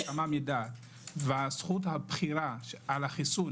הסכמה מדעת וזכות הבחירה על החיסון,